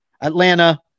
Atlanta